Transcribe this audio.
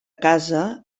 casa